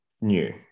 new